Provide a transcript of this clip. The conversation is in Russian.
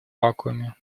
вакууме